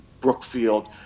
Brookfield